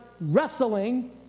wrestling